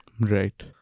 Right